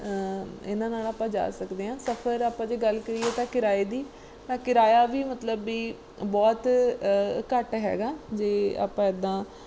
ਇਹਨਾਂ ਨਾਲ ਆਪਾਂ ਜਾ ਸਕਦੇ ਹਾਂ ਸਫਰ ਆਪਾਂ ਜੇ ਗੱਲ ਕਰੀਏ ਤਾਂ ਕਿਰਾਏ ਦੀ ਤਾਂ ਕਿਰਾਇਆ ਵੀ ਮਤਲਬ ਵੀ ਬਹੁਤ ਘੱਟ ਹੈਗਾ ਜੇ ਆਪਾਂ ਇੱਦਾਂ